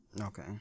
Okay